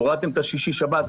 הורדתם את שישי-שבת.